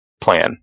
plan